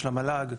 של המל"ג,